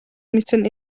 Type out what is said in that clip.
mitten